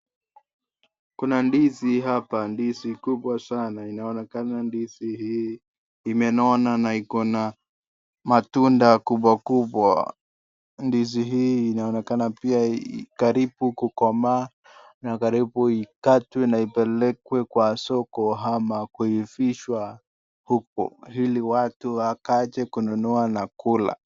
Kuna ndizi hapa, ndizi kubwa sana, inaonekana ndizi hii imenona na iko na matunda kubwakubwa, ndizi hii inaonekana pia karibu kukomaa na karibu ikatwe na ipelekwe kwa soko, ama kuivishwa huku ili watu wakaeza kununua na kula.